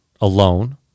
alone